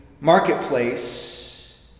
marketplace